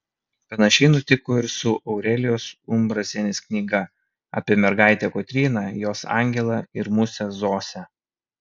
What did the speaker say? panašiai nutiko ir su aurelijos umbrasienės knyga apie mergaitę kotryną jos angelą ir musę zosę